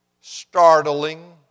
startling